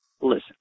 Listen